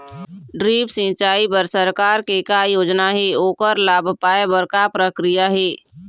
Drip सिचाई बर सरकार के का योजना हे ओकर लाभ पाय बर का प्रक्रिया हे?